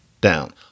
down